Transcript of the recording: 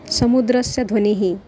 समुद्रस्य ध्वनिः